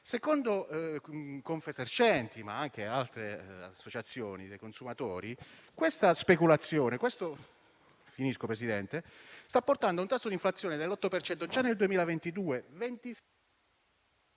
secondo Confesercenti (ma anche secondo altre associazioni dei consumatori) questa speculazione sta portando a un tasso di inflazione dell'8 per cento già nel 2022.